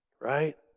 Right